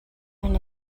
earn